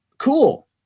Cool